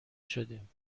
شدیم